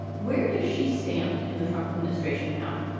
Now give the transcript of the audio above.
where does she stand in the trump administration now?